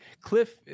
Cliff